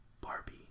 Barbie